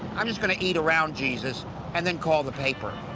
i'm just going to eat around jesus and then call the paper.